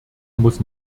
muss